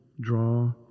draw